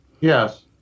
Yes